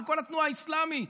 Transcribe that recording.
של כל התנועה האסלאמית.